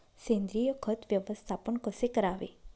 सेंद्रिय खत व्यवस्थापन कसे करावे?